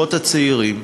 לזוגות הצעירים,